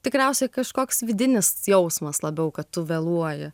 tikriausiai kažkoks vidinis jausmas labiau kad tu vėluoji